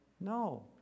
No